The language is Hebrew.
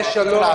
ישיבה זו נעולה.